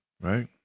right